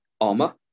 armor